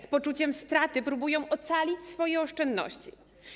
Z poczuciem straty próbują ocalić swoje oszczędności.